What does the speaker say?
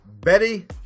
Betty